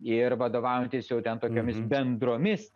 ir vadovaujantis jau ten tokiomis bendromis